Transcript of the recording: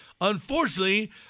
Unfortunately